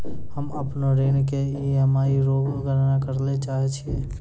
हम्म अपनो ऋण के ई.एम.आई रो गणना करैलै चाहै छियै